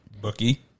Bookie